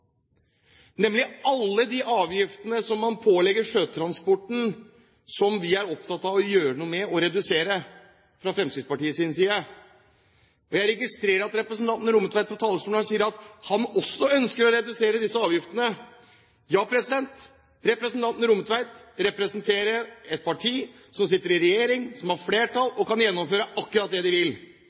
nemlig alle de avgiftene som man pålegger sjøtransporten, og som vi fra Fremskrittspartiets side er opptatt av å gjøre noe med og redusere. Jeg registrerer at representanten Rommetveit fra talerstolen sier han også ønsker å redusere disse avgiftene. Ja, representanten Rommetveit representerer et parti som sitter i regjering, som har flertall, og som kan gjennomføre akkurat det de vil.